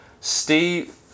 Steve